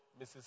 Mrs